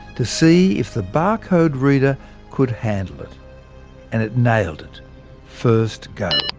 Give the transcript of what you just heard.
to see if the barcode reader could handle it and it nailed it first go.